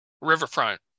Riverfront